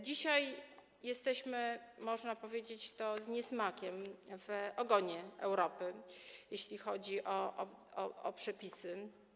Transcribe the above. Dzisiaj jesteśmy - można to powiedzieć z niesmakiem - w ogonie Europy, jeśli chodzi o przepisy.